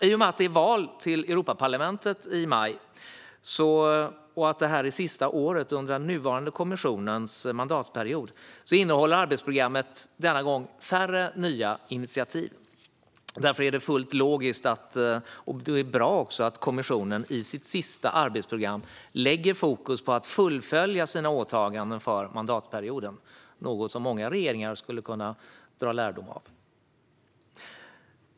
I och med att det är val till Europaparlamentet i maj och att det här är sista året under den nuvarande kommissionens mandatperiod innehåller arbetsprogrammet denna gång färre nya initiativ. Därför är det fullt logiskt och även bra att kommissionen i sitt sista arbetsprogram lägger fokus på att fullfölja sina åtaganden för mandatperioden, något som många regeringar skulle kunna dra lärdom av.